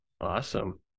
Awesome